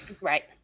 right